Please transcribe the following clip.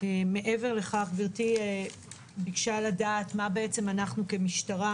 מעבר לכך גברתי ביקשה לדעת, מה אנו כמשטרה